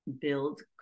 build